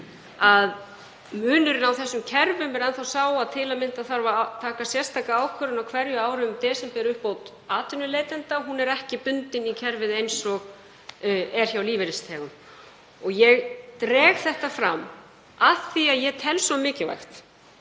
að munurinn á þessum kerfum er enn þá sá að til að mynda þarf að taka sérstaka ákvörðun á hverju ári um desemberuppbót atvinnuleitenda. Hún er ekki bundin í kerfið eins og er hjá lífeyrisþegum. Ég dreg þetta fram af því að ég tel svo mikilvægt,